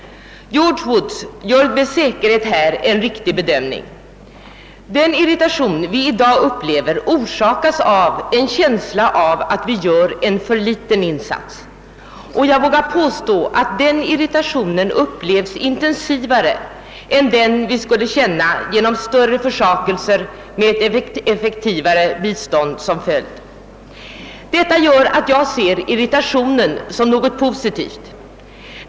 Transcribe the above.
George Woods gör med säkerhet en riktig bedömning härvidlag. Den irritation vi i dag upplever orsakas av en känsla av att vår insats är för liten, och jag vågar påstå att den irritationen upplevs intensivare än den vi skulle känna, om vi gjorde större försakelser med ett effektivare bistånd som följd. Därför ser jag irritationen som något positivt.